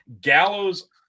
gallows